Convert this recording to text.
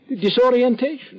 Disorientation